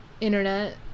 internet